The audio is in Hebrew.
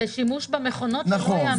יצרנית, ושימוש במכונות --- נכון.